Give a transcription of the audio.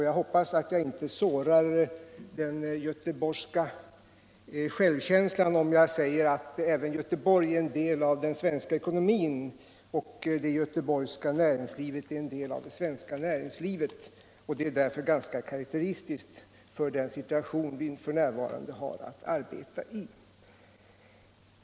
Jag hoppas att jag inte sårar den göteborgska självkänslan om jag säger att även det göteborgska näringslivet är en del av den svenska ekonomin och som sådant ganska karakteristiskt för den situation vi f. n. har att arbeta i.